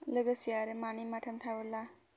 लोगोसे आरो मानै माथाम थाबोला